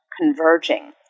converging